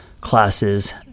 classes